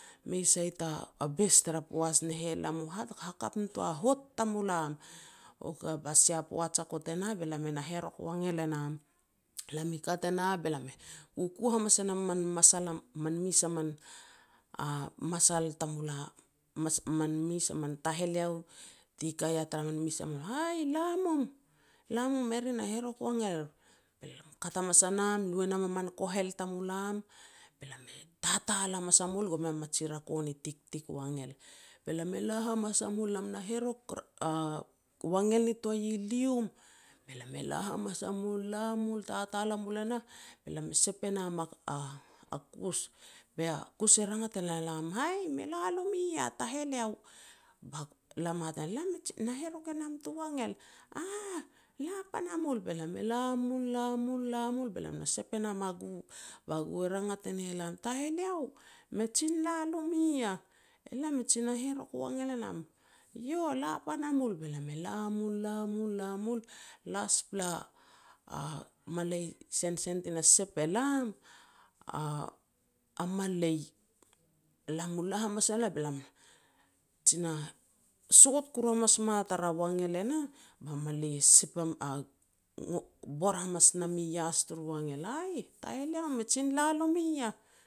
Mei sai ta bes tara poats ne heh, lam hak hakap nitoa a hout tamulam. Okay, ba sia poat hakot e nah be lam na herok wangel a nam, lam kat e nah be lam e kuku hamas e nam man masal man mes a masal tamulam, man mes a man taheleo tika ia tar min mes a "Ai la mum, eri na herok wangel er." Be lam kat hamas a nam lu e nam man kohel tamulan, be lam e tatal hamas a mul gon mei mej rako ti tiktik wangel. Be lam e la hamas amul lam na herok wangel nitoa i Lium. Be lam e la hamas a mul, la mul tatal a mul e nah be lam e sep e nam a kus, ba kus e rangat e ne lam, "Aih me la no mi iah taheleo?" Be lam hat nam "Lam na herok e nam tu wangel", "Aah, la pan a mul. Be lam e la mul, la mul, la mul, be lam na sep e nam a gu. Ba gu rangat e ne lam, ""taheleo me jin la nomi yah." "E lam e jin na herok wangel e nam", "yo la pana mul", be lam e la mul, la mul la mul. Laspla malei sensen ti na sep elam a-a malei, lam mu la hamas al e nah, be lam jin na sot koru hamas moa tara wangel e nah ba malei e sep ngo bor hamas nam i ias tur wangel, "Aih, taheleo, me jin la lomi iah?"